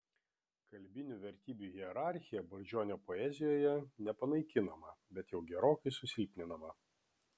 kalbinių vertybių hierarchija brazdžionio poezijoje nepanaikinama bet jau gerokai susilpninama